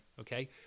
okay